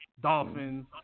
Dolphins